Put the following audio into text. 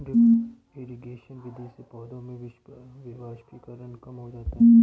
drip irrigation विधि से पौधों में वाष्पीकरण कम हो जाता है